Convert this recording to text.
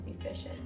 efficient